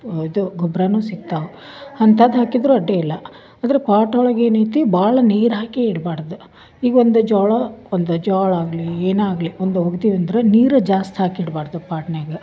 ಇದು ಗೊಬ್ಬರನು ಸಿಗ್ತಾವ ಅಂತಂದು ಹಾಕಿದ್ದರೆ ಅಡ್ಡಿಲ್ಲ ಅಂದರೆ ಫಾಟ್ ಒಳಗೆ ಏನೈತಿ ಭಾಳ ನೀರು ಹಾಕಿ ಇಡ್ಬಾರದು ಈಗೊಂದು ಜ್ವಾಳ ಒಂದು ಜ್ವಾಳ ಆಗಲಿ ಏನಾಗಲಿ ಒಂದು ಇದು ಅಂದರೆ ನೀರು ಜಾಸ್ತಿ ಹಾಕಿ ಇಡ್ಬಾರದು ಪಾಟ್ನ್ಯಾಗ